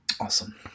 awesome